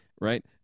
right